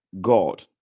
God